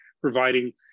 providing